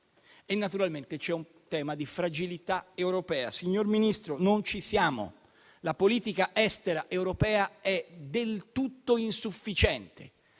Naturalmente, c'è poi un tema di fragilità europea: signor Ministro, non ci siamo. La politica estera europea è del tutto insufficiente